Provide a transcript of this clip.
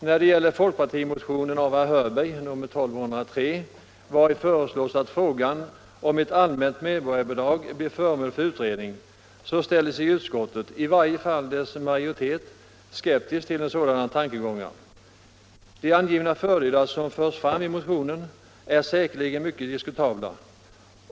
När det gäller folkpartimotionen av herr Hörberg, 1975:1203, vari föreslås att frågan om ett allmänt medborgarbidrag blir föremål för utredning, ställer sig utskottet, i varje fall dess majoritet, skeptisk. De fördelar som förs fram i motionen är säkerligen mycket diskutabla.